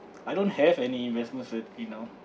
I don't have any investments strategy now